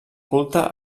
culte